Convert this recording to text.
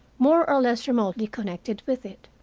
more or less remotely connected with it.